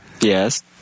Yes